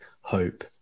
hope